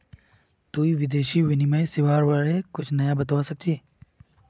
तुई विदेशी विनिमय सेवाआर बारे कुछु नया बतावा सक छी